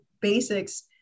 basics